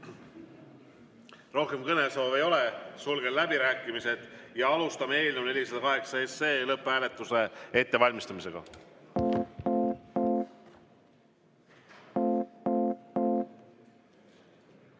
Rohkem kõnesoove ei ole, sulgen läbirääkimised ja alustame eelnõu 408 lõpphääletuse ettevalmistamist. Head